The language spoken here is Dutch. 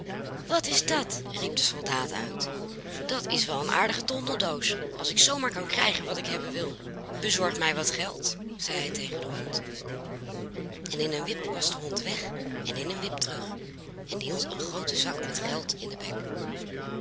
wat is dat riep de soldaat uit dat is wel een aardige tondeldoos als ik zoo maar kan krijgen wat ik hebben wil bezorg mij wat geld zei hij tegen den hond en in een wip was de hond weg en in een wip terug en hield een grooten zak met geld in den bek